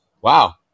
wow